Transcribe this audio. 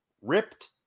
ripped